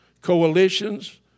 coalitions